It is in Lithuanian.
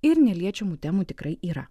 ir neliečiamų temų tikrai yra